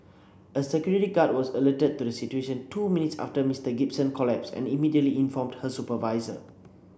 a security guard was alerted to the situation two minutes after Mister Gibson collapsed and immediately informed her supervisor